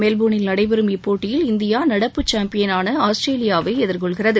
மெல்போர்னில் நடைபெறும் இப்போட்டியில் இந்தியா நடப்புச் சாம்பியனான ஆஸ்திரேலியாவை எதிர்கொள்கிறது